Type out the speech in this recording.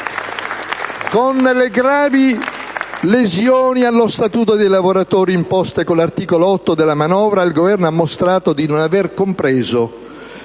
Con le gravi lesioni allo Statuto dei lavoratori imposte con l'articolo 8 della manovra, il Governo ha mostrato di non aver compreso